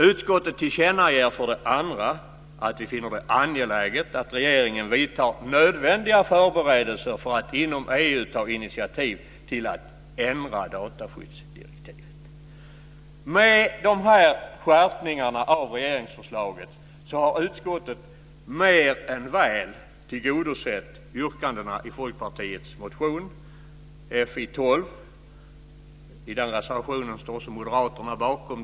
Utskottet tillkännager för det andra att vi finner det angeläget att regeringen vidtar nödvändiga förberedelser för att inom EU ta initiativ till att ändra dataskyddsdirektivet. Med de här skärpningarna av regeringsförslaget har utskottet mer än väl tillgodosett yrkandena i Folkpartiets motion Fi12. Den reservation som finns med anledning av den motionen står också moderaterna bakom.